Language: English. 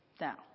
Now